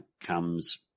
comes